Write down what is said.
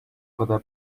kadar